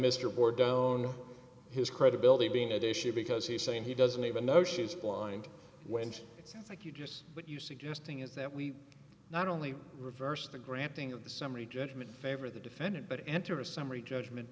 bore down his credibility being at issue because he's saying he doesn't even know she's blind went so i think you just what you suggesting is that we not only reverse the granting of the summary judgment favor the defendant but enter a summary judgment